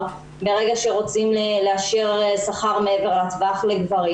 מהרגע שרוצים לאשר שכר מעבר הטווח לגברים